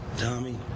Tommy